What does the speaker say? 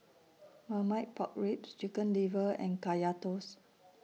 Marmite Pork Ribs Chicken Liver and Kaya Toast